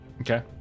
Okay